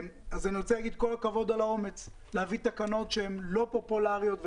אני רוצה להגיד כל הכבוד על האומץ להביא תקנות לא פופולריות.